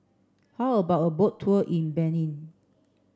how about a boat tour in Benin